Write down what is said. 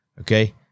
Okay